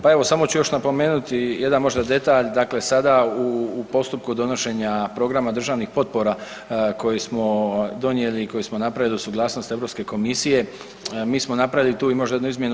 Pa evo, samo ću još napomenuti jedan možda detalj, dakle sada u postupku donošenja programa državnih potpora koji smo donijeli, koji smo napravili uz suglasnost Europske komisije mi smo napravili tu i možda jednu izmjenu.